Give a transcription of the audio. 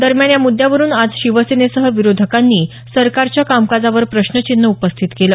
दरम्यान या मुद्यावरुन आज शिवसेनेसह विरोधकांनी सरकारच्या कामकाजावर प्रश्नचिन्ह उपस्थित केलं